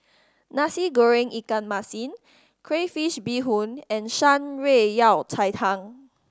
Nasi Goreng ikan masin crayfish beehoon and Shan Rui Yao Cai Tang